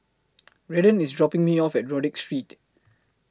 Redden IS dropping Me off At Rodyk Street